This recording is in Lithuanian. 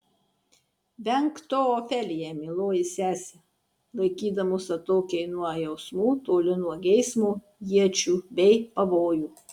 venk to ofelija mieloji sese laikydamos atokiai nuo jausmų toli nuo geismo iečių bei pavojų